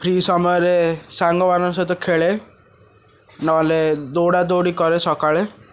free ସମୟରେ ସାଙ୍ଗ ମାନଙ୍କ ସହିତ ଖେଳେ ନହେଲେ ଦୌଡ଼ା ଦୌଡ଼ି କରେ ସକାଳେ